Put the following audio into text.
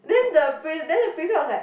then the pre~ then the prefect was like